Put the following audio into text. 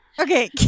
Okay